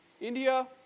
India